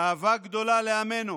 באהבה גדולה לעמנו,